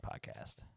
Podcast